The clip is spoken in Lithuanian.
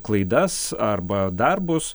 klaidas arba darbus